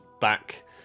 back